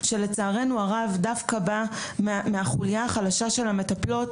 שלצערנו הרב דווקא בא מהחולייה החלשה של המטפלות,